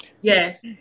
yes